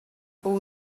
all